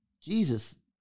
Jesus